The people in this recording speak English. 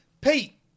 Pete